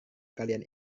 kalian